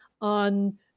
on